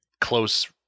close